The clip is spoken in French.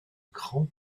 grand